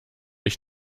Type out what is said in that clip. ich